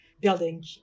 Building